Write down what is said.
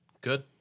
Good